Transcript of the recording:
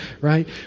right